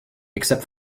except